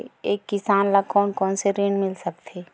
एक किसान ल कोन कोन से ऋण मिल सकथे?